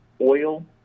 oil